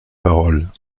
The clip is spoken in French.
parole